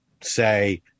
say